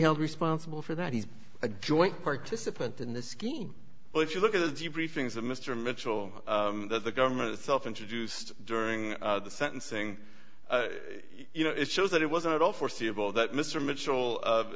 held responsible for that he's a joint participant in the scheme but if you look at the briefings that mr mitchell that the government itself introduced during the sentencing you know it shows that it wasn't at all foreseeable that mr mitchell